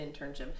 internship